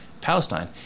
Palestine